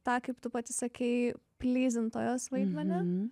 tą kaip tu pati sakei plyzintojos vaidmenį